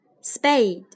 spade